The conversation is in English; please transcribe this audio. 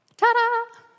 Ta-da